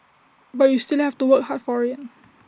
but you still have to work hard for IT